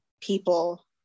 people